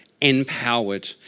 empowered